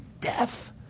death